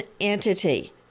entity